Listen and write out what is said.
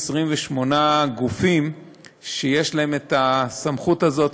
28 גופים שיש להם סמכות כזאת,